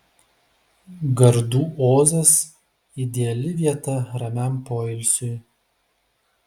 gardų ozas ideali vieta ramiam poilsiui